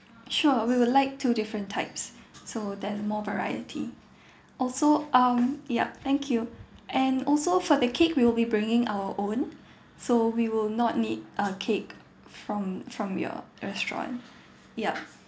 sure we would like two different types so that's more variety also um yup thank you and also for the cake we'll be bringing our own so we will not need uh cake from from your restaurant yup